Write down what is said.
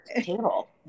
table